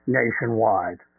nationwide